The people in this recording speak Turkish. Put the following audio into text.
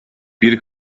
bir